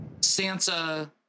Sansa